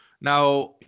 now